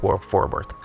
forward